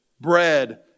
bread